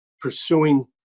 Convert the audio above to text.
pursuing